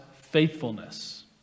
faithfulness